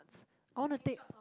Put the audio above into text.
I want to take